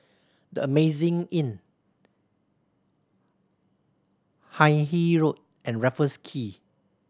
The Amazing Inn Hindhede Road and Raffles Quay